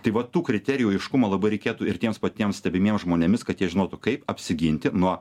tai va tų kriterijų aiškumą labai reikėtų ir tiems patiems stebimiems žmonėmis kad jie žinotų kaip apsiginti nuo